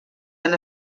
han